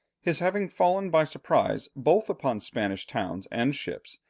his having fallen by surprise both upon spanish towns and ships,